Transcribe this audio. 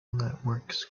networks